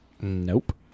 Nope